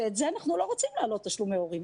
ואנחנו לא רוצים להעלות תשלומי הורים.